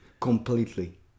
completely